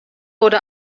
wurde